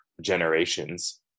generations